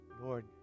Lord